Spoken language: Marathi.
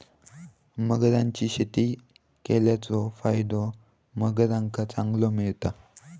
मगरांची शेती केल्याचो फायदो मगरांका चांगलो मिळता